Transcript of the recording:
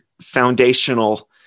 foundational